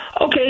okay